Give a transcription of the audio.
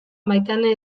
maitane